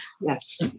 Yes